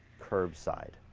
curb side.